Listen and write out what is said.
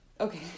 okay